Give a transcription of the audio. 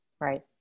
Right